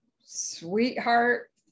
Sweetheart